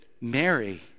Mary